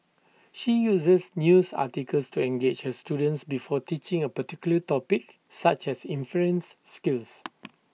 she uses news articles to engage her students before teaching A particular topic such as inference skills